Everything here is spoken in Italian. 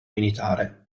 militare